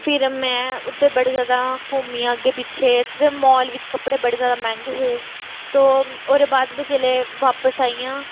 फिर मैं उत्थें बड़े ज्यादा घूमी आं अग्गें पिच्छे ते उत्थें मॉल बिच्च कपड़े बड़े ज्यादा मैंह्गे हे तो ओह्दे बाद जेल्लै बापस आई आं